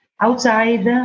Outside